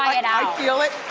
i feel it,